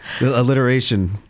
Alliteration